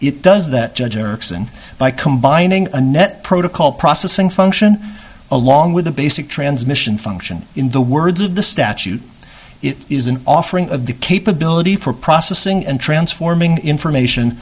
it does that judge ericsson by combining a net protocol processing function along with a basic transmission function in the words of the statute it is an offering of the capability for processing and transforming information